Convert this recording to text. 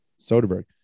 Soderbergh